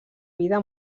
vida